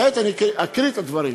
כעת אני אקריא את הדברים: